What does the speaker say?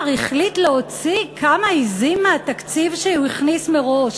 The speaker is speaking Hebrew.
החליט להוציא מהתקציב כמה עזים שהוא הכניס מראש